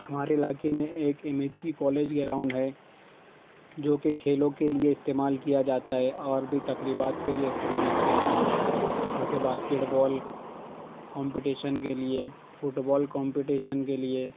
ہمارے علاقے میں ایک امیٹھی کالج گراؤنڈ ہے جو کہ کھیلوں کے لیے استعمال کیا جاتا ہے اور بھی تقریبات کے لیے استعمال کیا جاتا ہے جیسے باسکٹ بال کمپٹیشن کے لیے فٹ بال کمپٹیشن کے لیے